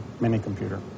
mini-computer